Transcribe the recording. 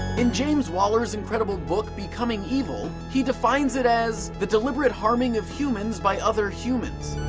in james waller's incredible book becoming evil he defines it as the deliberate harming of humans by other humans.